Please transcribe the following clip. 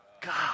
God